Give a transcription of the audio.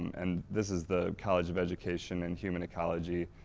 and this is the college of education and human ecology,